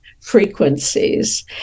frequencies